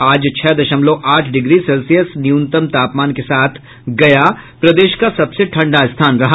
आज छह दशमलव आठ डिग्री सेल्सियस न्यूनतम तापमान के साथ गया प्रदेश का सबसे ठंडा स्थान रहा